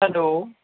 hello